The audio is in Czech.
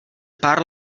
pár